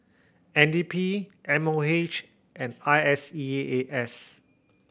N D P M O H and I S E A S